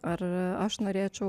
ar aš norėčiau